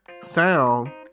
sound